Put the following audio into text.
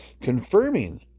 confirming